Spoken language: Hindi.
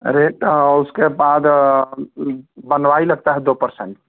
रेट उसके बाद बनवाई लगती है दो पर्सेन्ट